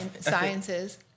Sciences